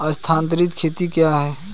स्थानांतरित खेती क्या है?